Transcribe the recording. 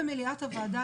במליאת הוועדה,